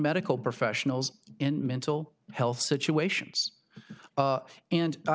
medical professionals in mental health situations and